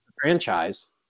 franchise